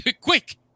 Quick